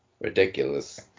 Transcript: Ridiculous